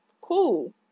cool